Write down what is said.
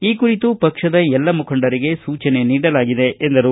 ಈ ಕುರಿತು ಪಕ್ಷದ ಎಲ್ಲ ಮುಖಂಡರಿಗೆ ಸೂಚನೆ ನೀಡಲಾಗಿದೆ ಎಂದರು